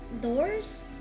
Doors